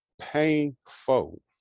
painful